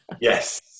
Yes